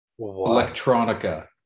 electronica